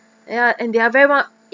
ya and they are very much